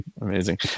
amazing